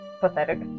Pathetic